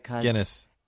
Guinness